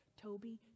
Toby